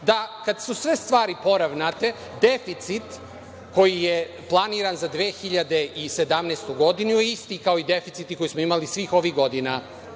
da kada su sve stvari poravnate, deficit koji je planiran za 2017. godinu je isti kao i deficiti koje smo imali svih ovih godina